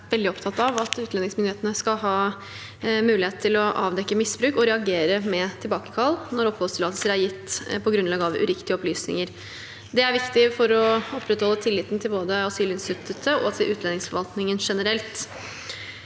jeg er veldig opptatt av at utlendingsmyndighetene skal ha mulighet til å avdekke misbruk og reagere med tilbakekalling når oppholdstillatelser er gitt på grunnlag av uriktige opplysninger. Det er viktig for å opprettholde tilliten til både asylinstituttet og utlendingsforvaltningen generelt.